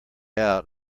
out